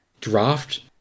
draft